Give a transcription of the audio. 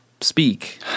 speak